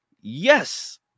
Yes